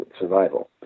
survival